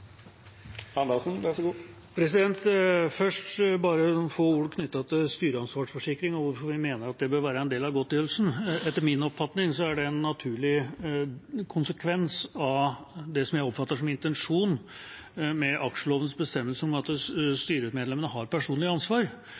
Først noen få ord knyttet til styreansvarsforsikring og hvorfor vi mener at det bør være en del av godtgjørelsen: Etter min oppfatning er det en naturlig konsekvens av det som jeg oppfatter som intensjonen med aksjelovens bestemmelse om at styremedlemmene har personlig ansvar.